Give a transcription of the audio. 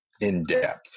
in-depth